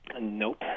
Nope